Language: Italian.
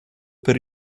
per